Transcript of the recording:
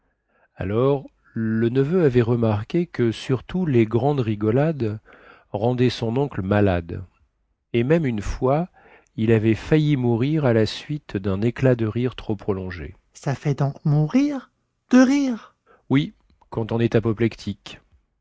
alors le neveu avait remarqué que surtout les grandes rigolades rendaient son oncle malade et même une fois il avait failli mourir à la suite dun éclat de rire trop prolongé ça fait donc mourir de rire oui quand on est